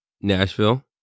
Nashville